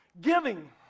giving